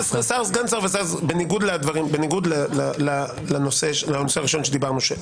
שר ושר בניגוד לנושא הראשון שדיברנו,